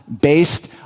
based